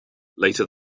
later